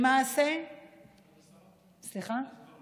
יש כבר